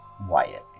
Wyatt